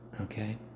okay